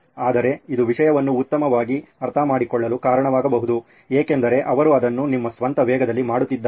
ಆದರೆ ಇದು ವಿಷಯವನ್ನು ಉತ್ತಮವಾಗಿ ಅರ್ಥಮಾಡಿಕೊಳ್ಳಲು ಕಾರಣವಾಗಬಹುದು ಏಕೆಂದರೆ ಅವರು ಅದನ್ನು ನಿಮ್ಮ ಸ್ವಂತ ವೇಗದಲ್ಲಿ ಮಾಡುತ್ತಿದ್ದಾರೆ